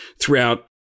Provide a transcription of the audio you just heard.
throughout